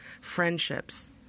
friendships